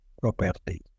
property